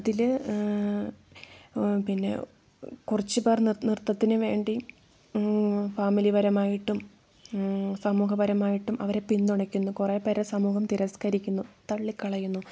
അതില് പിന്നെ കുറച്ച് പേർ നൃത്തത്തിന് വേണ്ടി ഫാമിലി പരമായിട്ടും സമൂഹപരമായിട്ടും അവരെ പിന്തുണക്കുന്നു കുറെ പേരെ സമൂഹം തിരസ്കരിക്കുന്നു തള്ളിക്കളയുന്നു